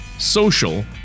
social